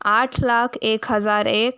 आठ लाख एक हज़ार एक